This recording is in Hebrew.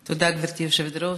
תודה, גברתי היושבת-ראש.